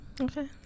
Okay